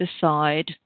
decide